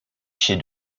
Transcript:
chez